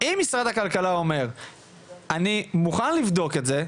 אם משרד הכלכלה אומר "אני מוכן לבדוק את זה,